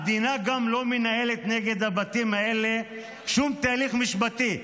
המדינה גם לא מנהלת נגד הבתים האלה שום הליך משפטי.